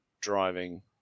driving